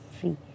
free